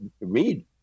read